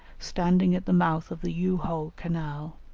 standing at the mouth of the yu-ho canal,